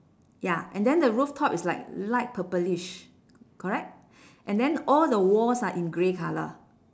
ya and then the rooftop is like light purplish correct and then all the walls are in grey colour